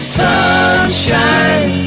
sunshine